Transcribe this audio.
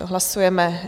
Hlasujeme.